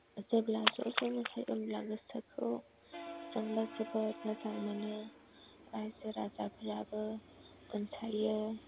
जेब्ला ज' ज' मोसायो होमब्ला गोसोखौ जोंबो जोबोद मोजां मोनो राइजो राजाफ्राबो अनसायो